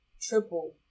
triple